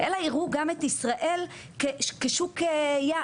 אלא יראו גם את ישראל כשוק יעד.